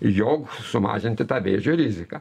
jog sumažinti tą vėžio riziką